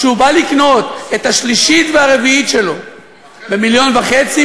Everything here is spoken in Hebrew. כשהוא בא לקנות את השלישית והרביעית שלו במיליון וחצי,